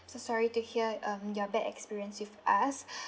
so sorry to hear um your bad experience with us